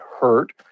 hurt